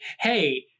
hey